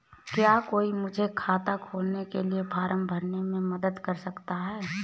क्या कोई मुझे खाता खोलने के लिए फॉर्म भरने में मदद कर सकता है?